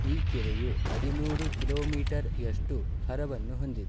ಈ ಕೆರೆಯು ಹದಿಮೂರು ಕಿಲೋಮೀಟರ್ನಷ್ಟು ಹರವನ್ನು ಹೊಂದಿದೆ